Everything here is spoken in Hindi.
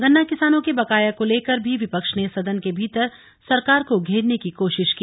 गन्ना किसानों के बकाए को लेकर भी विपक्ष ने सदन के भीतर सरकार को घेरने की कोशिश की